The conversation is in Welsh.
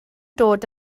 dod